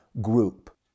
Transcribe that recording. group